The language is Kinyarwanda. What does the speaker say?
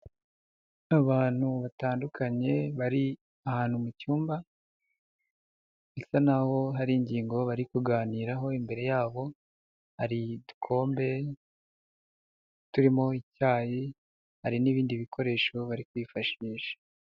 Abantu batandukanye bari ahantu mu cyumba, bisa nahoho hari ingingo bari kuganiraho imbere yabo hari udukombe turimo icyayi hari n'ibindi bikoresho bari kwifashisha.